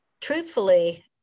Truthfully